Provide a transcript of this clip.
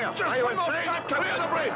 yeah right